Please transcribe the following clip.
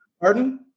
Pardon